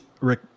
Rick